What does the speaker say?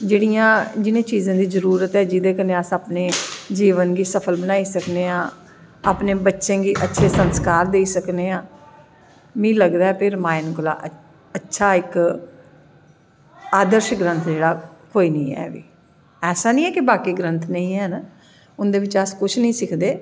जिनें चीज़ें दी जरूरत ऐ जिंदे कन्नैं अस अपनें जीवन गी सफल बनाई सकनें आं अपनें बच्चें गी अच्छे संस्कार देआ सकनें आं मीं लगदा ऐ रामायण कोला दा अच्छा इक आदर्श ग्रंथ जेह्ड़ा कोई नी ऐ ऐसा नी ऐ कि बाकी ग्रंथ नेंई हैन उंदे बिच्च अस किश नी सिखदे